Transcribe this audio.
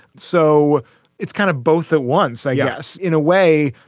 so it's kind of both at once. i guess in a way,